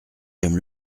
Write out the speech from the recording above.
j’aime